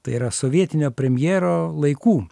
tai yra sovietinio premjero laikų